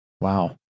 Wow